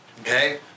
okay